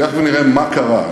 תכף נראה מה קרה.